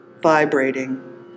vibrating